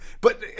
But-